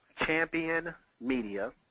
championmedia